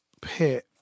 pit